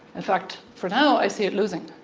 in fact, for now, i see it losing.